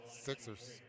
Sixers